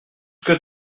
que